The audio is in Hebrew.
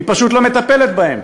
היא פשוט לא מטפלת בהם,